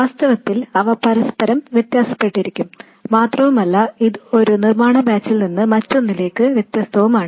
വാസ്തവത്തിൽ അവ പരസ്പരം വ്യത്യസപ്പെട്ടിരിക്കും മാത്രവുമല്ല ഇത് ഒരു നിർമ്മാണ ബാച്ചിൽ നിന്ന് മറ്റൊന്നിലേക്ക് വ്യത്യസ്തവുമാണ്